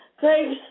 Thanks